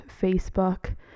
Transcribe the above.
Facebook